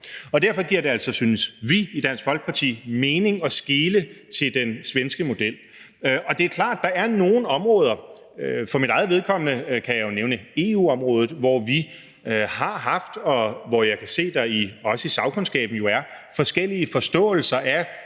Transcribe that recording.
derfor giver det altså, synes vi i Dansk Folkeparti, mening at skele til den svenske model. Det er klart, at der er nogle områder, og for mit eget vedkommende kan jeg jo nævne EU-området, hvor vi har haft forskellige forståelser,